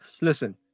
listen